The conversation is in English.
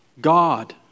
God